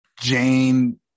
Jane